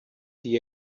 the